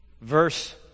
Verse